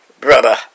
Brother